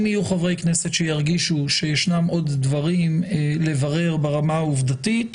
אם יהיו חברי כנסת שירגישו שישנם עוד דברים לברר ברמה העובדתית,